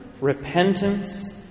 repentance